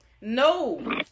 No